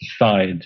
decide